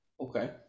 Okay